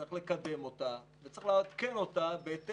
צריך לקדם אותה וצריך לעדכן אותה בהתאם